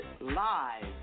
live